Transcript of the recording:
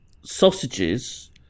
sausages